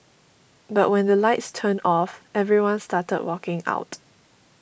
but when the lights turned off everyone started walking out